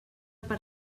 per